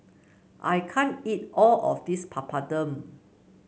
I can't eat all of this Papadum